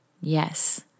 Yes